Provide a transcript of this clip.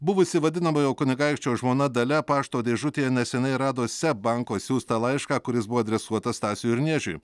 buvusi vadinamojo kunigaikščio žmona dalia pašto dėžutėje neseniai rado seb banko siųstą laišką kuris buvo adresuotas stasiui urniežiui